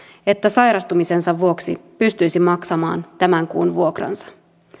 että sairastumisensa vuoksi pystyisi maksamaan tämän kuun vuokransa